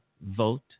vote